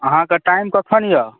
अहाँके टाइम कखन यए